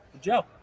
Joe